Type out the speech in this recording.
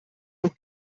noch